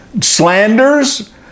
slanders